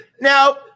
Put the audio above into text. now